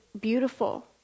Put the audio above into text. beautiful